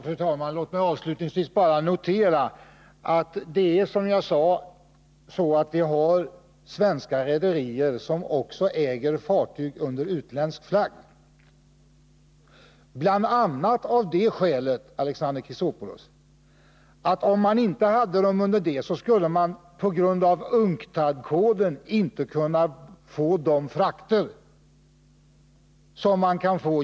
Fru talman! Låt mig avslutningsvis bara notera att det, som jag sade tidigare, finns svenska rederier som också äger fartyg under utländsk flagg. Om de inte gjorde det, Alexander Chrisopoulos, skulle de på grund av UNCTAD-koden inte kunna få de frakter som de nu kan få.